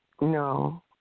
No